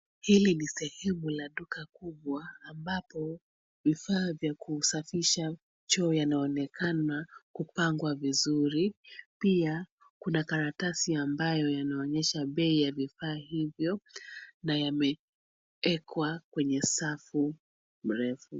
Hili ni sehemu la duka kubwa ambalo vifaa vya kusafisha choo yanaonekana kupangwa vizuri. Pia kuna karatasi ambayo yanaonyesha bei ya vifaa hivyo na yameekwa kwenye safu mrefu.